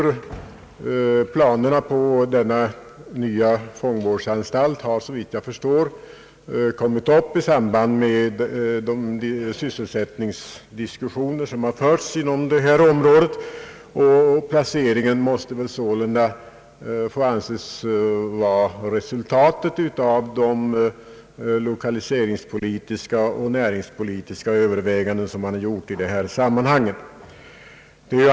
Planerna på denna nya fångvårdsanstalt har, såvitt jag kan förstå, kommit upp i samband med de diskussioner om =: sysselsättningsproblemen som förts inom detta område, och placeringen av anstalten måste sålunda få anses vara resultatet av de lokaliseringspolitiska och näringspolitiska överväganden som gjorts i detta sammanhang.